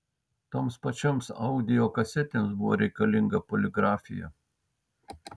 toms pačioms audio kasetėms buvo reikalinga poligrafija